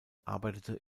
arbeitete